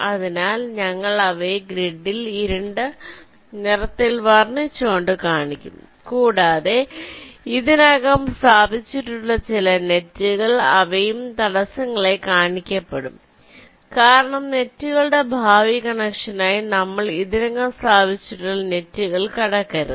അതിനാൽ ഞങ്ങൾ അവയെ ഗ്രിഡിൽ ഇരുണ്ട നിറത്തിൽ വർണ്ണിച്ചുകൊണ്ട് കാണിക്കും കൂടാതെ ഇതിനകം സ്ഥാപിച്ചിട്ടുള്ള ചില നെറ്റുകൾ അവയും തടസ്സങ്ങളായി കാണിക്കപ്പെടും കാരണം നെറ്റുകളുടെ ഭാവി കണക്ഷനായി നമ്മൾ ഇതിനകം സ്ഥാപിച്ചിട്ടുള്ള നെറ്റുകൾ കടക്കരുത്